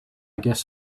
guess